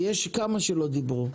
יש כמה שלא דיברו,